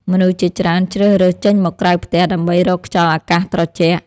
មនុស្សជាច្រើនជ្រើសរើសចេញមកក្រៅផ្ទះ ដើម្បីរកខ្យល់អាកាសត្រជាក់។